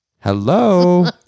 Hello